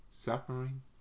Suffering